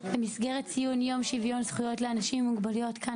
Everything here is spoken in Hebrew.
במסגרת ציון יום שוויון לאנשים עם מוגבלויות כאן